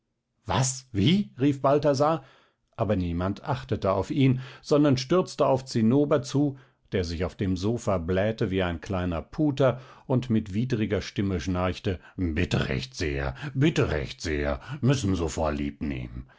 was wie rief balthasar aber niemand achtete auf ihn sondern stürzte auf zinnober zu der sich auf dem sofa blähte wie ein kleiner puter und mit widriger stimme schnarchte bitte recht sehr bitte recht sehr müssen so vorlieb nehmen